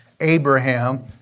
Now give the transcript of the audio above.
Abraham